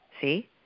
See